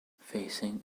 facing